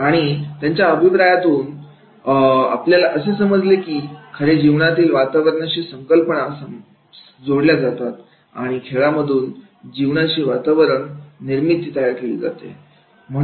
आणि त्याच्या अभिनयापासून आपल्याला हे समजले की खरे जीवनातील वातावरणाशी आशा संकल्पना जोडल्या जातात आणि खेळांमधून जीवनाची वातावरण निर्मिती तयार केली जाते